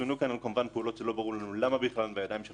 לא ברור לנו למה הן בידיים של חת"ל